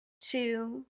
two